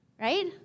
right